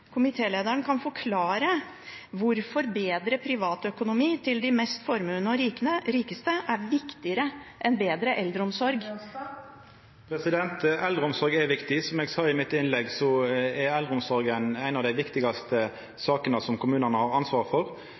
komitélederen kan forklare hvorfor bedre privatøkonomi til de mest formuende og rikeste er viktigere enn bedre eldreomsorg. Eldreomsorg er viktig. Som eg sa i innlegget mitt, er eldreomsorg ei av dei viktigaste sakene som kommunane har ansvaret for.